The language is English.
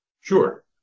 Sure